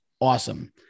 Awesome